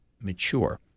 mature